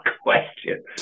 question